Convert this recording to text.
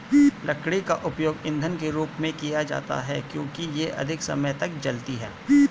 लकड़ी का उपयोग ईंधन के रूप में किया जाता है क्योंकि यह अधिक समय तक जलती है